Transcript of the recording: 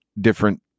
different